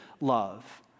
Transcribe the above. love